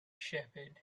shepherd